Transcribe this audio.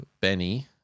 Benny